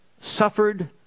suffered